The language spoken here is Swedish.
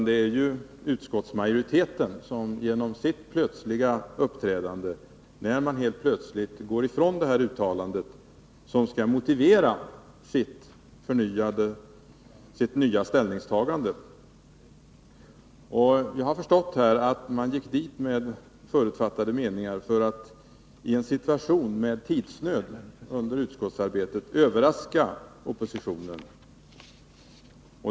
Det är i stället utskottsmajoriteten, som plötsligt gått ifrån detta uttalande, som skall motivera sitt nya ställningstagande. Jag har förstått att man i en situation med tidsnöd under utskottsarbetet gick in med förutfattade meningar för att överraska oppositionen.